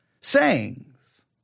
sayings